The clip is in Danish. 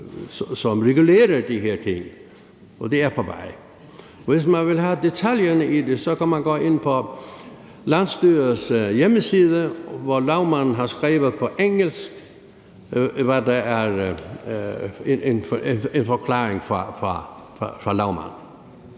som regulerer de her ting, og det er på vej. Og hvis man vil have detaljerne i det, så kan man gå ind på landsstyrets hjemmeside, hvor lagmanden på engelsk har skrevet en forklaring. Kl.